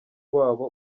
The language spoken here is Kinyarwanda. wabo